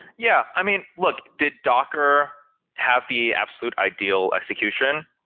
yeah. i mean, look, did docker have the absolute ideal execution?